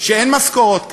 שאין משכורות כאלה,